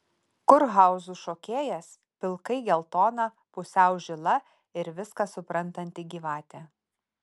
kurhauzų šokėjas pilkai geltona pusiau žila ir viską suprantanti gyvatė